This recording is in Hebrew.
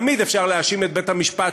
תמיד אפשר להאשים את בית-המשפט,